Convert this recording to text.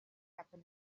happen